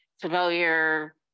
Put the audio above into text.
familiar